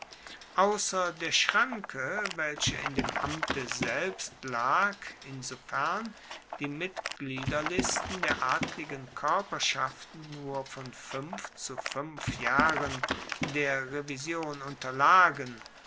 ausser der schranke welche in dem amte selbst lag insofern die mitgliederlisten der adligen koerperschaften nur von fuenf zu fuenf jahren der revision unterlagen